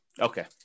Okay